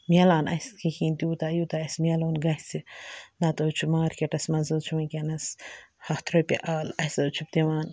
ملان اسہِ کِہیٖنۍ تیوٗتاہ یوٗتاہ اسہِ ملُن گَژھِ نَتہٕ حٕظ چھُ ماکٮ۪ٹَس منٛز حٕظ چھُ وٕنکٮ۪نَس ہَتھ رۄپیہِ اَل اسہِ حٕظ چھِ دِوان